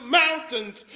mountains